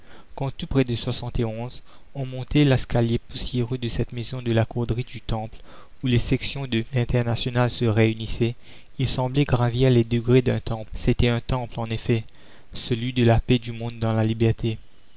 quand tout près de on montait l'escalier poussiéreux de cette maison de la corderie du temple où les sections de l'internationale se réunissaient il semblait gravir les degrés la commune d'un temple c'était un temple en effet celui de la paix du monde dans la liberté